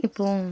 இப்போது